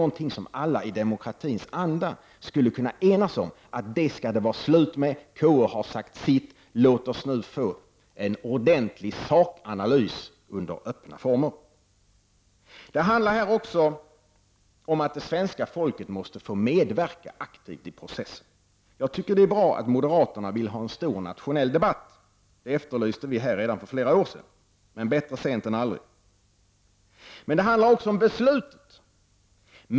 Skulle inte alla i demokratins anda kunna enas om att det skall bli slut på sådant? KU har ju sagt sitt, så låt oss nu få en ordentlig sakanalys i öppna former! Det handlar här också om att svenska folket måste få medverka aktivt i processen. Jag tycker att det är bra att moderaterna vill ha en stor nationell debatt. En sådan efterlyste vi här redan för flera år sedan -- men bättre sent än aldrig! Men det handlar också om beslutet.